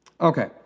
Okay